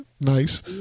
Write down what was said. Nice